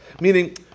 Meaning